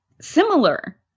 similar